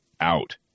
out